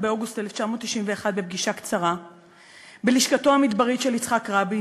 באוגוסט 1991 בפגישה קצרה בלשכתו המדברית של יצחק רבין,